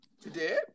today